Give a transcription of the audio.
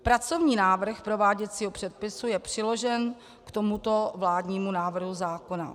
Pracovní návrh prováděcího předpisu je přiložen k tomuto vládnímu návrhu zákona.